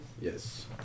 Yes